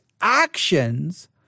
actions